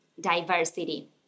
diversity